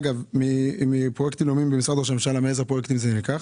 מאיזה פרויקטים במשרד ראש הממשלה זה נלקח?